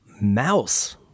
Mouse